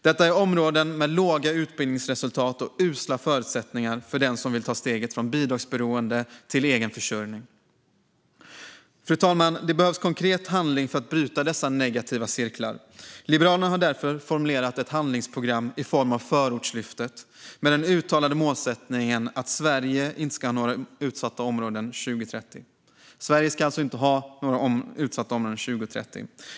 Detta är områden med låga utbildningsresultat och usla förutsättningar för den som vill ta steget från bidragsberoende till egen försörjning. Fru talman! Det behövs konkret handling för att bryta dessa negativa cirklar. Liberalerna har därför formulerat ett handlingsprogram i form av Förortslyftet, med den uttalade målsättningen att Sverige inte ska ha några utsatta områden år 2030.